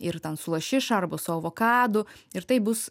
ir ten su lašiša arba su avokadu ir tai bus